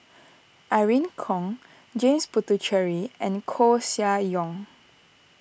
Irene Khong James Puthucheary and Koeh Sia Yong